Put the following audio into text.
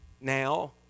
now